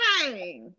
Hey